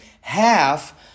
half